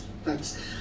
Thanks